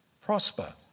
prosper